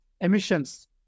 emissions